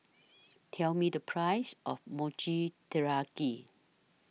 Tell Me The Price of Mochi Taiyaki